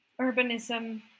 urbanism